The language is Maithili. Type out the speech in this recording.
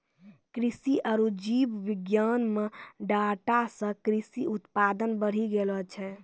कृषि आरु जीव विज्ञान मे डाटा से कृषि उत्पादन बढ़ी गेलो छै